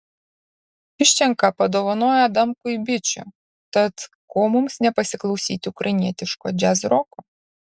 juščenka padovanojo adamkui bičių tad ko mums nepasiklausyti ukrainietiško džiazroko